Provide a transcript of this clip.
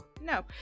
No